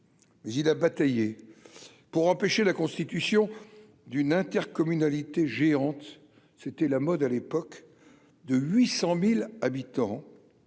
mais il a bataillé pour empêcher la constitution d'une intercommunalité géante, c'était la mode à l'époque de 800000 habitants